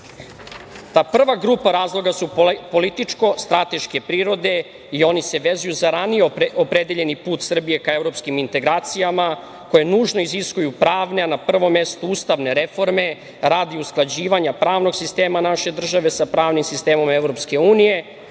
Ta prva grupa razloga su političko strateške prirode i oni se vezuju za ranije opredeljeni put Srbije ka evropskim integracijama, koje nužno iziskuju pravne, a na prvom mestu ustavne reforme radi usklađivanja pravnog sistema naše države sa pravnim sistemom